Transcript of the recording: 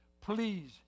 Please